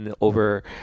over